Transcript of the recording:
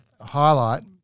highlight